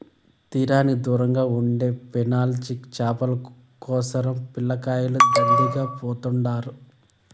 తీరానికి దూరంగా ఉండే పెలాజిక్ చేపల కోసరం పిల్లకాయలు దండిగా పోతుండారు